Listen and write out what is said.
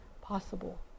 possible